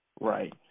Right